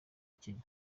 kenya